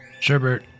Sherbert